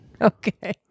Okay